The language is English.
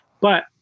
but-